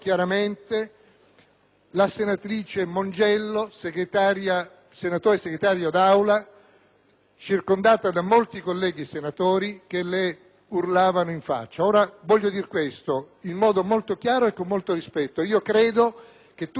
la senatrice Mongiello, senatrice Segretario dell'Assemblea, circondata da molti colleghi senatori che le urlavano in faccia. Ora, voglio dire questo in modo molto chiaro e con molto rispetto: io credo che tutta l'Assemblea debba